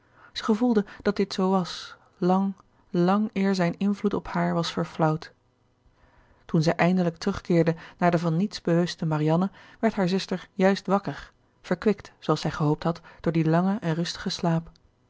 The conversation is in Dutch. zij gevoelde dat dit zoo was lang lang eer zijn invloed op haar was verflauwd toen zij eindelijk terugkeerde naar de van niets bewuste marianne werd haar zuster juist wakker verkwikt zooals zij gehoopt had door dien langen en rustigen slaap